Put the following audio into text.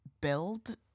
build